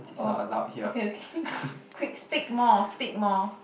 oh okay okay quick speak more speak more